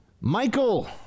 Michael